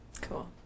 Cool